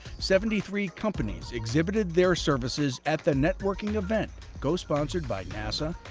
seventy-three companies exhibited their services at the networking event co sponsored by nasa,